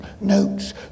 notes